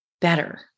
better